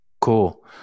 Cool